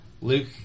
Luke